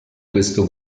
questo